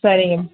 சரிங்க